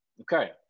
Okay